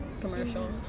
commercial